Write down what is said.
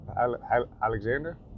Alexander